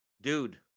dude